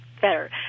better